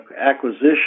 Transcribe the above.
acquisition